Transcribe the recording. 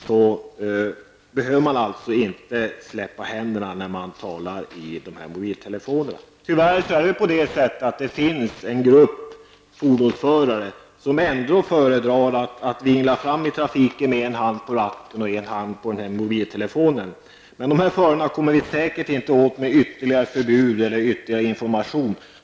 Men behöver alltså inte släppa ratten med bägge händerna när man talar i en sådan mobiltelefon. Tyvärr tycks det finnas en grupp fordonsförare som ändå föredrar att vingla fram i trafiken med en hand på ratten och den andra på telefonluren. Dessa förare kommer man säkert inte åt med ytterligare förbud eller information.